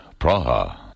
Praha